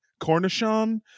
Cornishon